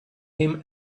him